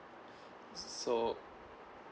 so